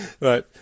right